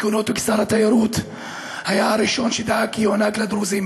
בכהונתו כשר התיירות היה הראשון שדאג כי יוענק לדרוזים